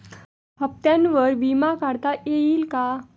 हप्त्यांवर विमा काढता येईल का?